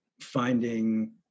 finding